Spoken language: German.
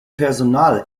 personal